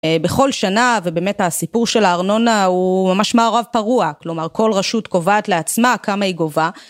בכל שנה ובאמת הסיפור של הארנונה הוא ממש מערב פרוע כלומר כל רשות קובעת לעצמה כמה היא גובה.